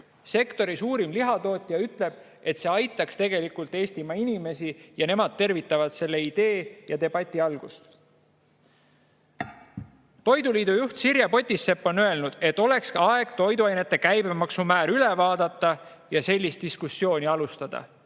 Sektori suurim lihatootja ütles, et see aitaks Eestimaa inimesi ning et nemad tervitavad selle idee ja debati algatust. Toiduliidu juht Sirje Potisepp on öelnud, et oleks aeg toiduainete käibemaksumäär üle vaadata ja selline diskussioon algatada.